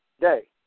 day